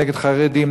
נגד חרדים,